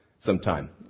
sometime